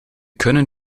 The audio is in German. können